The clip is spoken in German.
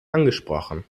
angesprochen